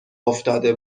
افتاده